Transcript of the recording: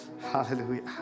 Hallelujah